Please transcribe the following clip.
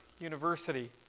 University